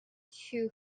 too